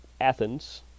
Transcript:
Athens